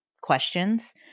questions